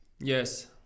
Yes